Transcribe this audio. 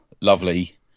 lovely